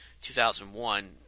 2001